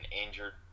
injured